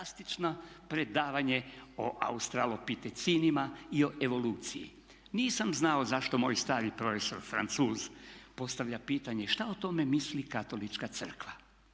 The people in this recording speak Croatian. fantastično predavanje o australopitecinima i o evoluciji. Nisam znao zašto moj stari profesor Francuz postavlja pitanje šta o tome misli Katolička crkva.